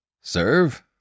Serve